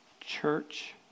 Church